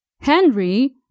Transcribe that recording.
Henry